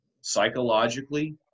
psychologically